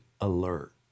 alert